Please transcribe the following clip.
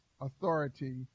authority